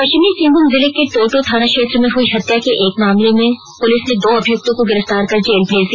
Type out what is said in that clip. पश्चिमी सिंहभूम जिले के टोंटो थाना क्षेत्र में हुई हत्या के एक मामले में पुलिस ने दो अभियुक्तों को गिरफ्तार कर जेल भेज दिया